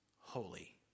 holy